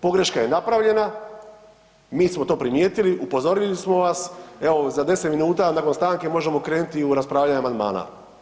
Pogreška je napravljena, mi smo to primijetili, upozorili smo vas, evo, za 10 minuta nakon stanke možemo krenuti u raspravljanje amandmana.